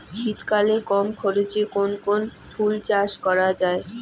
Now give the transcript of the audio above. শীতকালে কম খরচে কোন কোন ফুল চাষ করা য়ায়?